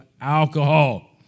alcohol